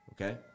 Okay